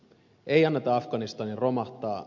ei anneta afganistanin romahtaa